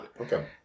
Okay